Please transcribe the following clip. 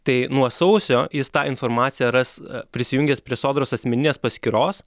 tai nuo sausio jis tą informaciją ras prisijungęs prie sodros asmeninės paskyros